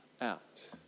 out